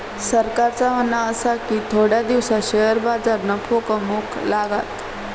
सरकारचा म्हणणा आसा की थोड्या दिसांत शेअर बाजार नफो कमवूक लागात